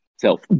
Self